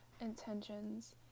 intentions